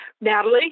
Natalie